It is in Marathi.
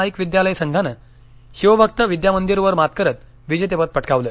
नाईक विद्यालय संघानं शिवभक्त विद्यामंदीरवर मात करत विजेतेपद पटकावलं